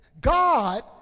God